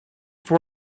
for